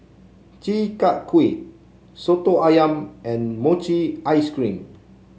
Chi Kak Kuih soto ayam and Mochi Ice Cream